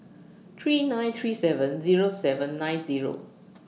three nine three seven Zero seven nine Zero